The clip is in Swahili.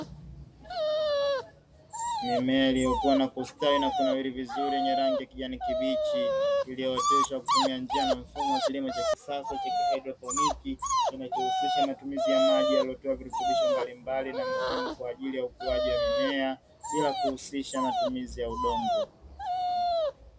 Mimea iliyokuwa na kustawi na kunawili vyenye rangi ya kijani kibichi iliyooteshwa kutumia njia na mfumo wa kilimo cha kisasa cha kiadroponiki kinachousisha matumizi ya maji yaliyotiwa virutubisho mbalimbali na muhimu kwa ajili ya ukuaji wa mimea bila kuhusisha matumizi ya udongo.